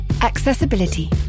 Accessibility